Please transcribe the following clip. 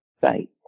faith